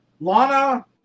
Lana